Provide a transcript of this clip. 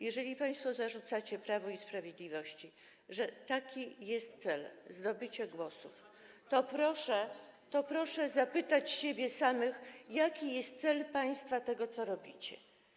Jeżeli państwo zarzucacie Prawu i Sprawiedliwości, że taki jest cel: zdobycie głosów, to proszę zapytać siebie samych, jaki jest cel państwa, tego, co robicie.